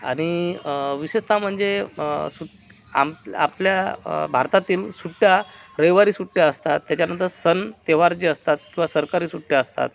आणि विशेषतः म्हणजे सुट आप आपल्या भारतातील सुट्ट्या रविवारी सुट्ट्या असतात त्याच्यानंतर सण त्यौहार जे असतात किंवा सरकारी सुट्ट्या असतात